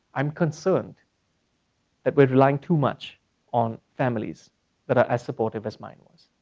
i'm concerned that we're relying too much on families that are as supportive as mine was.